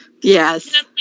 Yes